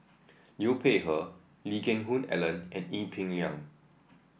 Liu Peihe Lee Geck Hoon Ellen and Ee Peng Liang